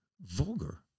vulgar